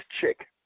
chick